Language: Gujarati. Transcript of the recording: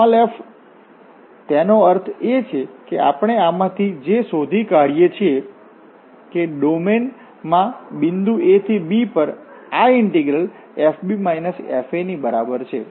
f તેનો અર્થ એ કે આપણે આમાંથી જે શોધી કાઢીએ છીએ કે ડોમેન માં બિંદુ a થી b પર આ ઇન્ટીગ્રલ fb f ની બરાબર છે